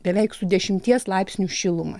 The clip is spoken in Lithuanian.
beveik su dešimties laipsnių šiluma